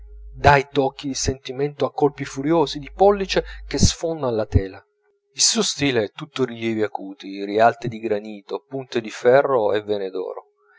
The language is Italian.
i tocchi di sentimento a colpi furiosi di pollice che sfondan la tela il suo stile è tutto rilievi acuti rialti di granito punte di ferro e vene d'oro